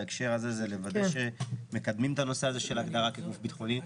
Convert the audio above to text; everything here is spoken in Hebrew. בהקשר הזה הוא לוודא שמקדמים את הנושא הזה של הכרה כגוף ביטחוני.